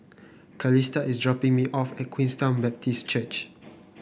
Calista is dropping me off at Queenstown Baptist Church